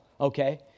okay